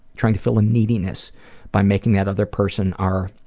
trying to fill a neediness by making that other person our.